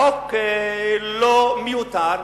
החוק לא מיותר,